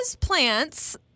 plants